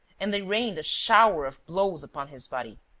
and they rained a shower of blows upon his body.